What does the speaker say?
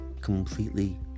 completely